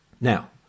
now